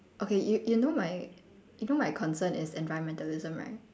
okay you you know my you know my concern is environmentalism right